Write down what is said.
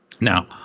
now